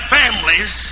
families